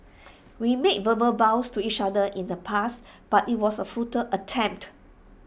we made verbal vows to each other in the past but IT was A futile attempt